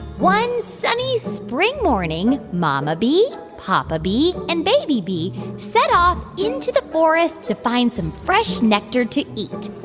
one sunny spring morning, mama bee, papa bee and baby bee set off into the forest to find some fresh nectar to eat